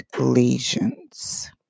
lesions